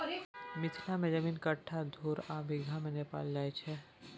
मिथिला मे जमीन कट्ठा, धुर आ बिगहा मे नापल जाइ छै